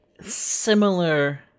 similar